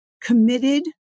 committed